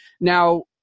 Now